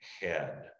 head